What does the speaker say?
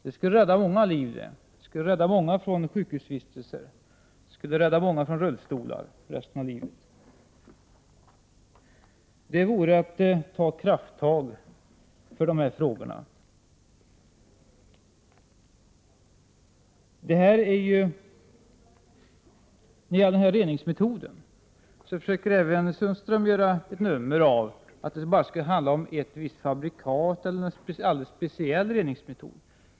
Det skulle rädda många liv, det skulle rädda många från sjukhusvistelser, och det skulle rädda många från att leva resten av livet i rullstol! Det vore att ta krafttag för de här sakerna. Så till den här reningsmetoden. Sundström försöker göra ett nummer av att det skulle handla om bara ett visst fabrikat eller en alldeles speciell reningsmetod.